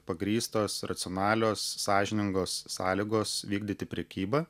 pagrįstos racionalios sąžiningos sąlygos vykdyti prekybą